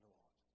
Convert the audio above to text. Lord